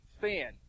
fan